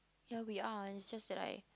ya we are it's just that I